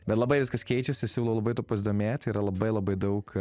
bet labai viskas keičiasi siūlau labai tuo pasidomėt yra labai labai daug